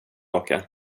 åka